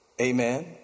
Amen